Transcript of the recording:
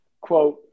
quote